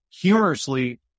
humorously